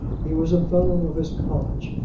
he was a fellow of his college,